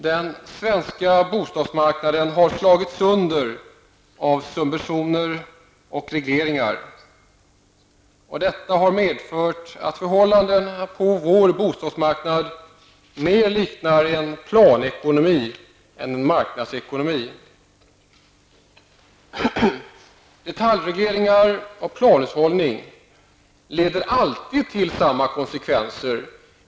Den svenska bostadsmarknaden har slagits sönder av subventioner och regleringar. Detta har medfört att förhållandena på vår bostadsmarknad mer liknar en planekonomi än en marknadsekonomi. Detaljreglering och planhushållning leder alltid till samma konsekvenser.